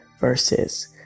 verses